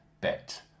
bet